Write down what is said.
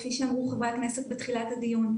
כפי שאמרו חברי הכנסת בתחילת הדיון.